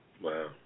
Wow